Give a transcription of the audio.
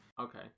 Okay